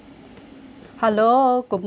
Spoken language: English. hello good morning